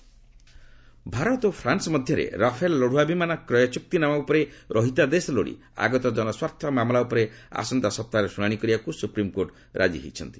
SC Rafale Bharat ଓ France ମଧ୍ୟରେ Rafale ଲଢୁଆ ବିମାନ କ୍ରୟ ଚୁକ୍ତିନାମା ଉପରେ ରହିତାଦେଶ ଲୋଡ଼ି ଆଗତ ଜନସ୍ୱାର୍ଥ ମାମଲା ଉପରେ ଆସନ୍ତା ସପ୍ତାହରେ ଶୁଣାଣି କରିବାକୁ ସୁପ୍ରିମ୍କୋର୍ଟ ରାଜି ହୋଇଛନ୍ତି